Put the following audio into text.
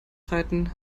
streiten